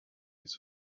his